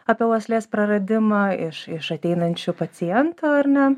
apie uoslės praradimą iš iš ateinančių pacientų ar ne